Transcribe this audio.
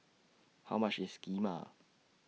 How much IS Kheema